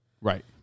right